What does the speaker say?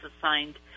assigned